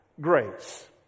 grace